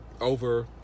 over